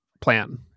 plan